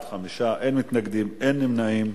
בעד, 5, אין מתנגדים, אין נמנעים.